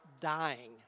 dying